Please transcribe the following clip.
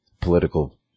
political